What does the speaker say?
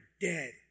dead